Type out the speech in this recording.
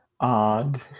odd